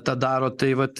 tą daro tai vat